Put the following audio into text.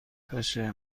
پشه